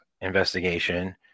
investigation